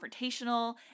confrontational